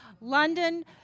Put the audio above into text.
London